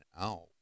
out